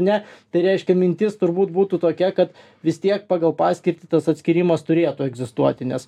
ne tai reiškia mintis turbūt būtų tokia kad vis tiek pagal paskirtį tas atskyrimas turėtų egzistuoti nes